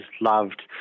loved